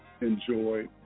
enjoy